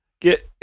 Get